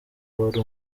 uwari